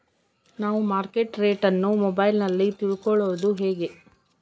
ನಾವು market rate ಅನ್ನು ಮೊಬೈಲಲ್ಲಿ ತಿಳ್ಕಳೋದು ಹೇಗೆ?